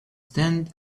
stand